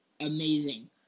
amazing